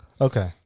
Okay